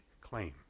claim